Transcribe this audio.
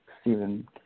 Stephen